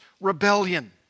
rebellion